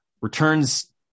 returns